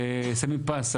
ושמים פה,